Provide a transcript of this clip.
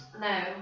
No